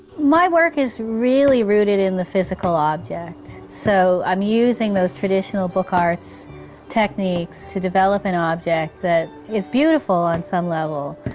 my work is really rooted in the physical object, object, so i'm using those traditional book arts techniques to develop an object that is beautiful on some level,